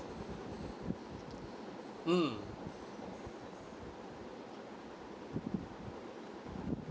mm